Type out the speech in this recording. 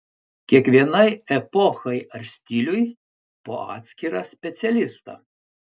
kiekvienai epochai ar stiliui po atskirą specialistą